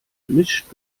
mischst